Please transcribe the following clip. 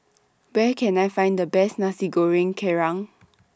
Where Can I Find The Best Nasi Goreng Kerang